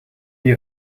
die